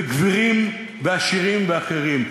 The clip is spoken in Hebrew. וגבירים, ועשירים, ואחרים.